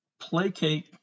placate